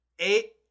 eight